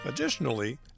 Additionally